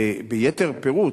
ביתר פירוט,